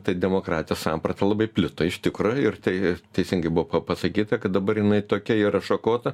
tai demokratijos samprata labai plito iš tikro ir tai teisingai buvo pa pasakyta kad dabar jinai tokia yra šakota